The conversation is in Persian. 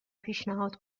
پیشنهاد